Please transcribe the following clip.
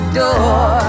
door